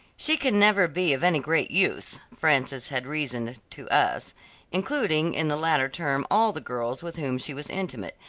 she can never be of any great use, frances had reasoned, to us including in the latter term all the girls with whom she was intimate,